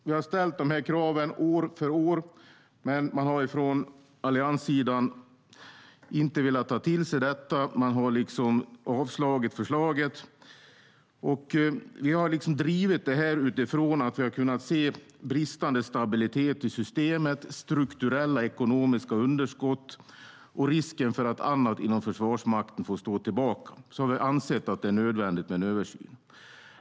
Vi har ställt de här kraven år för år, men man har från allianssidan inte velat ta till sig detta utan avslagit förslaget. Vi har drivit det här utifrån att vi har kunnat se bristande stabilitet i systemet, strukturella ekonomiska underskott och en risk för att annat inom Försvarsmakten får stå tillbaka. Därför har vi ansett att det är nödvändigt med en översyn.